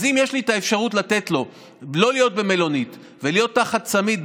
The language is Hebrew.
אז אם יש לי אפשרות לתת לו לא להיות במלונית ולהיות תחת צמיד,